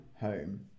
home